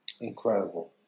Incredible